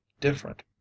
different